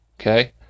okay